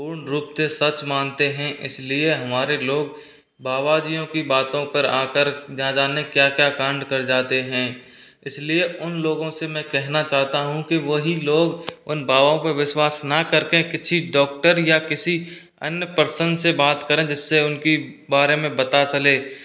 पूर्ण रूप से सच मानते हैं इसलिए हमारे लोग बाबाजियों की बातों पर आकर न जाने क्या क्या कांड कर जाते हैं इसलिए उन लोगों से मैं कहना चाहता हूँ की वही लोग उन बाबा पर विश्वास न कर के किसी डॉक्टर या किसी अन्य पर्सन से बात करें जिससे उनके बारे में पता चले